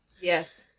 Yes